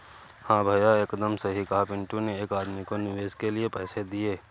हां भैया एकदम सही कहा पिंटू ने एक आदमी को निवेश के लिए पैसे दिए